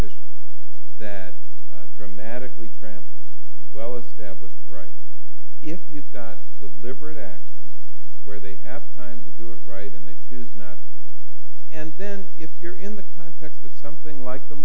fish that dramatically ramp well established right if you've got the liberty act where they have time to do it right and they do not and then if you're in the context of something like the